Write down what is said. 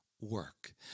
work